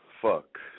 fuck